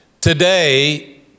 Today